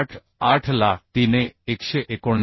88 ला t ने 189